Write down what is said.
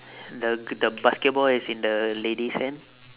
the the basketball is in the lady's hand